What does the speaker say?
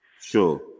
Sure